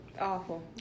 Awful